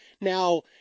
Now